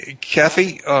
Kathy